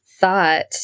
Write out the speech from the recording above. thought